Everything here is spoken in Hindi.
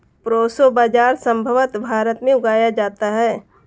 प्रोसो बाजरा संभवत भारत में उगाया जाता है